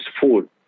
food